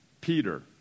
Peter